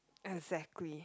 exactly